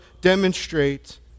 demonstrate